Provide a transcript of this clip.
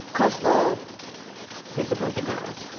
coach love disciplined the girls.